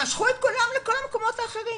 משכו את כולן למקומות אחרים.